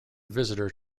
visitor